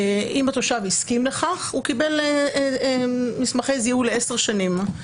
אם התושב הסכים לכך הוא קיבל מסמכי זיהוי לעשר שנים,